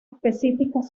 específicas